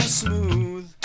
smooth